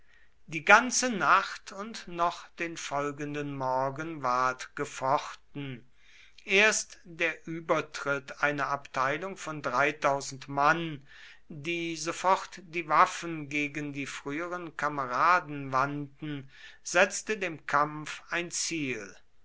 die ganze nacht und noch den folgenden morgen ward gefochten erst der übertritt einer abteilung von mann die sofort die waffen gegen die früheren kameraden wandten setzte dem kampf ein ziel